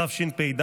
התשפ"ד